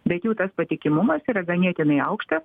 bet jų tas patikimumas yra ganėtinai aukštas